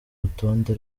rutonde